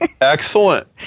Excellent